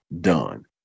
done